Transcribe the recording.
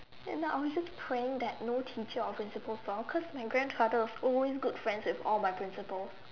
end up I was just praying that no teacher or principal saw cause my grandfather was always good friends with all my principal